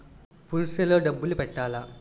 Purse లో డబ్బులు పెట్టలా?